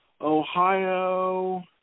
Ohio